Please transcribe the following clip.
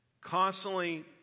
Constantly